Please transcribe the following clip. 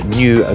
new